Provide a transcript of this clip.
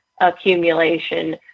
accumulation